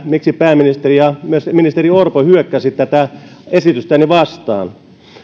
miksi pääministeri ja myös ministeri orpo hyökkäsivät tätä esitystäni vastaan